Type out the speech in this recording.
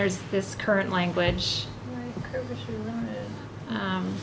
there's this current language and